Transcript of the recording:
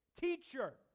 teacher